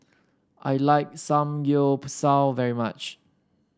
I like Samgyeopsal very much